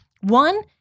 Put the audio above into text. One